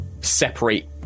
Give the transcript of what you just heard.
separate